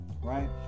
right